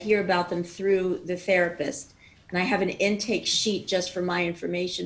אז אני שומעת על זה דרך המטפל ויש לי דף מידע שמשרת אותי